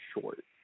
short